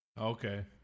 okay